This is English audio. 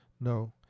No